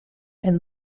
and